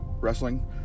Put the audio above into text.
wrestling